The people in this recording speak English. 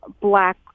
black